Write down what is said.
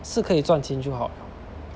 是可以赚钱就好了